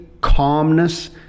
calmness